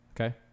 okay